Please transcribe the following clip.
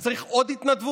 אז צריך עוד התנדבות?